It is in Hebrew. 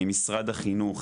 עם משרד החינוך,